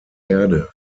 erde